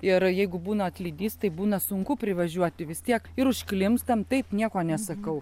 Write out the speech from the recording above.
ir jeigu būna atlydys tai būna sunku privažiuoti vis tiek ir užklimpstam taip nieko nesakau